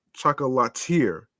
chocolatier